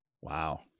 Wow